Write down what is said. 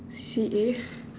C_C_A